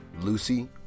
Lucy